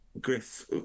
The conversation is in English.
Griff